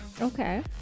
okay